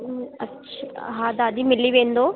अच्छा हा दादी मिली वेंदो